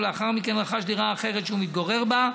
ולאחר מכן רכש דירה אחרת שהוא מתגורר בה,